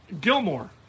Gilmore